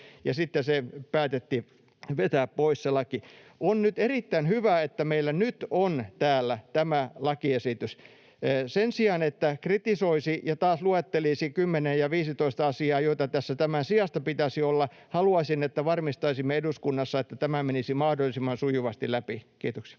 sitten se laki päätettiin vetää pois. On erittäin hyvä, että meillä nyt on täällä tämä lakiesitys. Sen sijaan, että kritisoisi ja taas luettelisi kymmenen ja viisitoista asiaa, joita tässä tämän sijasta pitäisi olla, haluaisin, että varmistaisimme eduskunnassa, että tämä menisi mahdollisimman sujuvasti läpi. — Kiitoksia.